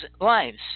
lives